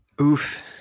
Oof